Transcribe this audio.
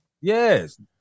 Yes